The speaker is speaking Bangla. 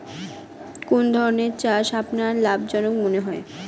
কোন ধানের চাষ আপনার লাভজনক মনে হয়?